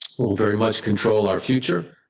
well, very much control our future.